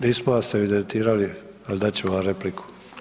Nismo vas evidentirali, al dat ćemo vam repliku.